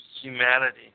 humanity